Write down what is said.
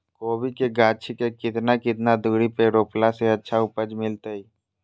कोबी के गाछी के कितना कितना दूरी पर रोपला से अच्छा उपज मिलतैय?